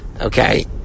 okay